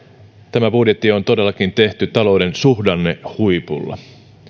tämä budjetti on todellakin tehty talouden suhdannehuipulla